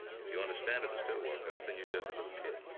if you understand it and still walk out, then you're just a little kid.